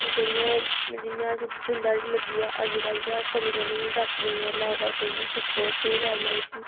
जेह्ड़ियां जि'यां अस बिंद हारी लग्गी जाऽ अजकल्ल ते अस चली पौने होन्नें डाक्टरें दै लैओ डाक्टर जी दिक्खो केह् गल्ल ऐ इस्सी